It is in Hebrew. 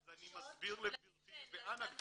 אני מסביר לגבירתי ואנא גבירתי,